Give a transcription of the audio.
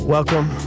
Welcome